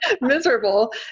miserable